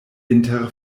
inter